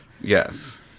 Yes